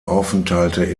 aufenthalte